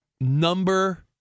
number